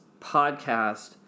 podcast